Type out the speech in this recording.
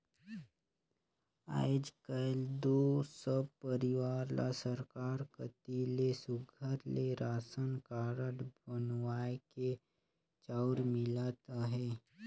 आएज काएल दो सब परिवार ल सरकार कती ले सुग्घर ले रासन कारड बनुवाए के चाँउर मिलत अहे